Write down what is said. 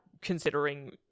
considering